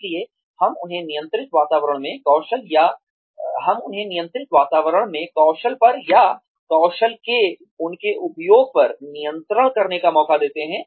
इसलिए हम उन्हें नियंत्रित वातावरण में कौशल पर या कौशल के उनके उपयोग पर नियंत्रण करने का मौका देते हैं